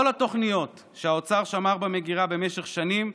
כל התוכניות שהאוצר שמר במגרה במשך שנים,